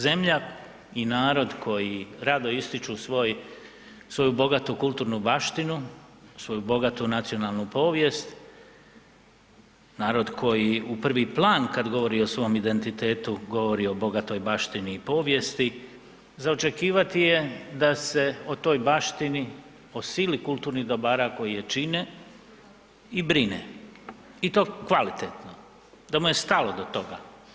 Zemlja i narod koji rado ističu svoju bogatu kulturnu baštinu, svoju bogatu nacionalnu povijest, narod koji u prvi plan kad govori o svom identitetu govori o bogatoj baštini i povijesti za očekivati je da se o toj baštini o sili kulturnih dobara koji je čine i brine i to kvalitetno, da mu je stalo do toga.